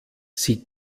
sie